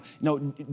No